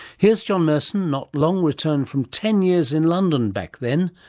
here's john merson, not long returned from ten years in london back then,